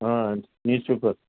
ہاں nice paper